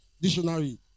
dictionary